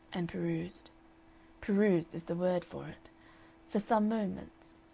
and perused perused is the word for it for some moments.